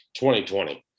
2020